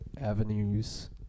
avenues